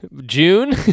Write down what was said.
June